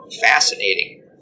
fascinating